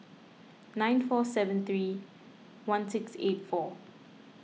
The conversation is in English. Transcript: nine four seven three one six eight four